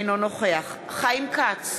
אינו נוכח חיים כץ,